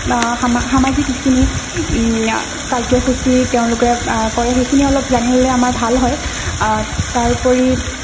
সামাজিক যিখিনি কাৰ্যসূচী তেওঁলোকে কৰে সেইখিনিও জানি ল'লে আমাৰ ভাল হয় তাৰ উপৰি